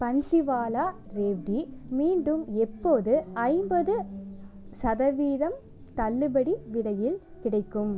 பன்ஸிவாலா ரேவ்டி மீண்டும் எப்போது ஐம்பது சதவீதம் தள்ளுபடி விலையில் கிடைக்கும்